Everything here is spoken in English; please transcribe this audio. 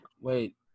wait